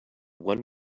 one